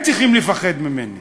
הם צריכים לפחד ממני.